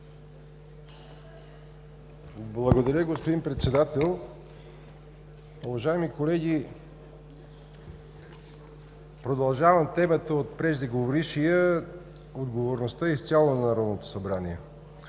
Благодаря, господин Председател. Уважаеми колеги, продължавам темата от преждеговорившия, отговорността изцяло е на Народното събрание.